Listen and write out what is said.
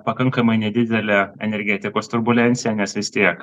pakankamai nedidelę energetikos turbulenciją nes vis tiek